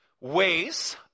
ways